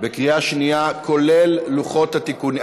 בקריאה שנייה, כולל לוחות התיקונים.